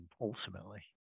ultimately